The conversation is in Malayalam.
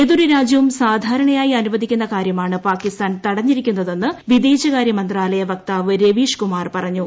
ഏതൊരു രാജ്യവും സാധാരണയായി അനുവദിക്കുന്ന കാര്യമാണ് പാകിസ്ഥാൻ തടഞ്ഞിരിക്കുന്നതെന്ന് വിദേശകാര്യ മന്ത്രാലയ വക്താവ് രവീഷ് കുമാർ പറഞ്ഞു